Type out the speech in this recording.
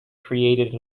created